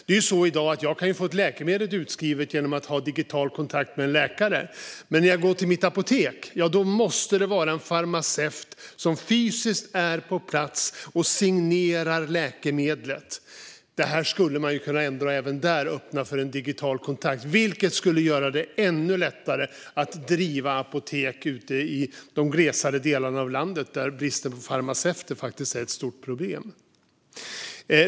I dag kan jag få ett läkemedel utskrivet genom att ha digital kontakt med en läkare, men när jag går till mitt apotek måste det finnas en farmaceut som fysiskt är på plats och signerar läkemedlet. Det skulle man kunna ändra och öppna för digital kontakt, vilket skulle göra det ännu lättare att driva apotek i de glesare delarna av landet där bristen på farmaceuter är ett stort problem.